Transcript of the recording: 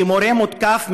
כי מורה מותקף,